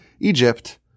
Egypt